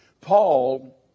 Paul